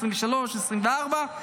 בכנסת העשרים-ושלוש ובכנסת העשרים-וארבע.